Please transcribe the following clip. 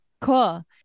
Cool